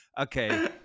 okay